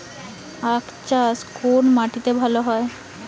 আখ চাষ কোন মাটিতে ভালো হয়?